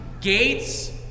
Gates